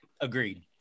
Agreed